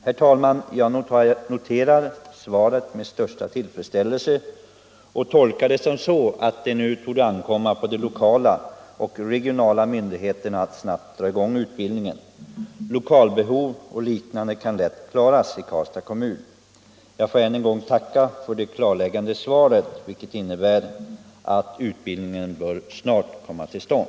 Herr talman! Jag noterar svaret med största tillfredsställelse. Jag tolkar det så att det nu torde ankomma på de lokala och regionala myndigheterna att snabbt dra i gång utbildningen. Lokalbehov och liknande kan lätt tillgodoses i Karlstads kommun. Jag får ännu en gång tacka för det klargörande svaret, vilket innebär att utbildningen snart bör kunna komma till stånd.